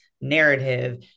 narrative